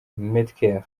metkel